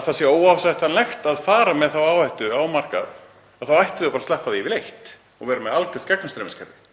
að það sé óásættanlegt að fara með þá áhættu á markað þá ættum við bara að sleppa því yfirleitt og vera með algjört gegnumstreymiskerfi.